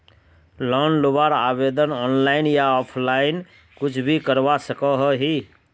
Loan लुबार आवेदन online या ऑफलाइन कुछ भी करवा सकोहो ही?